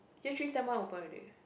year three sem one open already